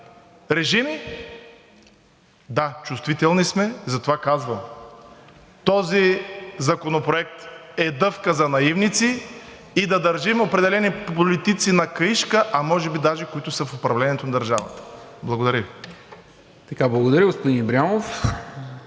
режими, да, чувствителни сме, затова казвам: този законопроект е дъвка за наивници и да държим определени политици на каишка, а може би даже които са в управлението на държавата. Благодаря Ви.